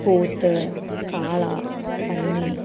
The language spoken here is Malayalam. പോത്ത് കാള പന്നി